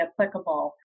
applicable